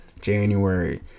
January